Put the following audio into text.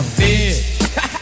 bitch